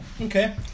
Okay